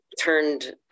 turned